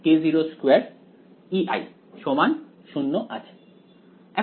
আমার ∇2 k02εrE k02Ei 0 আছে